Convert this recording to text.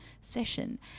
session